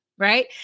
Right